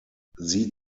sie